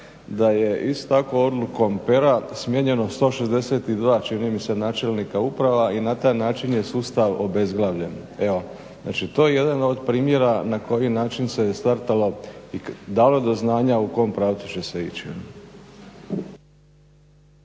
da je istom takvom odlukom pera smijenjeno 162, čini mi se načelnika uprava i na taj način je sustav obezglavljen. Evo, znači to je jedan od primjera na koji način se je startalo i dalo do znanja u kojem pravcu će se ići.